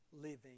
living